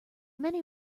many